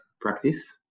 practice